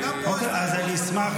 אז גם פה, ראש פתוח.